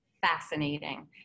fascinating